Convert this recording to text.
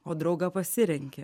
o draugą pasirenki